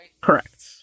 Correct